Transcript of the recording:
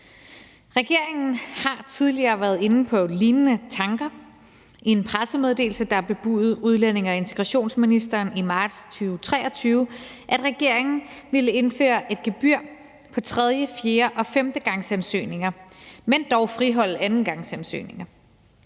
Regeringen har tidligere været inde på lignende tanker. I en pressemeddelelse bebudede udlændinge- og integrationsministeren i marts 2023, at regeringen ville indføre et gebyr på tredje-, fjerde- og femtegangsansøgninger, men dog friholde andengangsansøgninger.